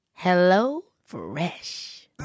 HelloFresh